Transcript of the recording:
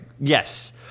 yes